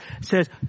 says